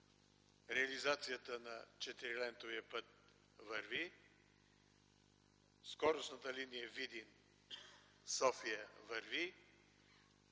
реализацията на 4-лентовия път върви, скоростната линия Видин-София върви,